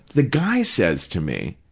the guy says to me,